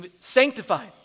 sanctified